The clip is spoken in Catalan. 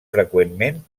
freqüentment